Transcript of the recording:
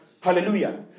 Hallelujah